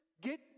get